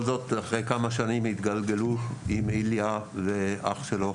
זאת אחרי כמה שנים התגלגלו עם איליה ואח שלו